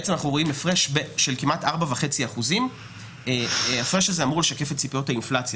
בעצם אנחנו רואים הפרש של כמעט 4.5%. ההפרש הזה אמור לשקף את ציפיות האינפלציה.